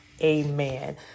Amen